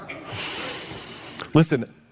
Listen